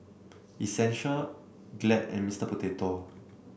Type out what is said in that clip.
essential glad and Mister Potato